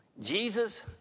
Jesus